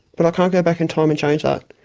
but i can't go back in time and change that.